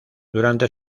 durante